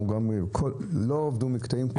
לא עבדו במקטעים.